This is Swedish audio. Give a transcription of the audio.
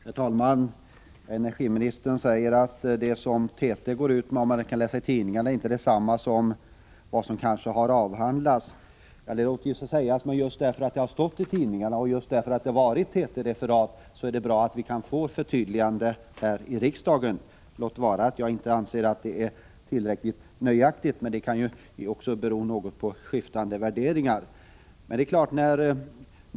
Herr talman! Energiministern säger att det som TT går ut med och som kan läsas i tidningarna inte är detsamma som det som har avhandlats. Det låter sig ju sägas, men just därför att detta har stått i tidningarna och varit TT-referat är det bra att vi kan få ett förtydligande här i kammaren, låt vara att jag inte anser att det är nöjaktigt — det kan ju kanske bero något på skiftande värderingar.